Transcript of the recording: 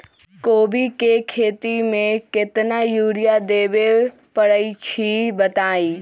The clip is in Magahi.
कोबी के खेती मे केतना यूरिया देबे परईछी बताई?